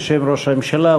בשם ראש הממשלה,